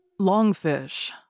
Longfish